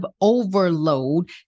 overload